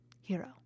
hero